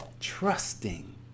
trusting